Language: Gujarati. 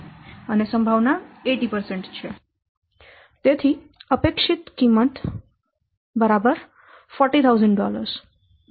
તેથી અપેક્ષિત કિંમત 40000 750000